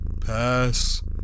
Pass